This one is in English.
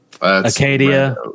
Acadia